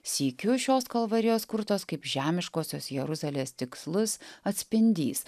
sykiu šios kalvarijos kurtos kaip žemiškosios jeruzalės tikslus atspindys